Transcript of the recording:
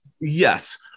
yes